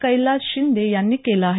कैलास शिंदे यांनी केलं आहे